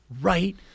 right